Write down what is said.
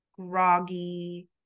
groggy